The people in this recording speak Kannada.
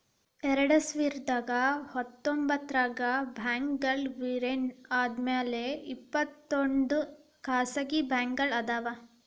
ಎರಡ್ಸಾವಿರದ ಹತ್ತೊಂಬತ್ತರಾಗ ಬ್ಯಾಂಕ್ಗಳ್ ವಿಲೇನ ಆದ್ಮ್ಯಾಲೆ ಇಪ್ಪತ್ತೊಂದ್ ಖಾಸಗಿ ಬ್ಯಾಂಕ್ಗಳ್ ಅದಾವ